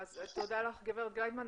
תודה גב' גלייטמן.